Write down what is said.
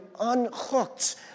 unhooked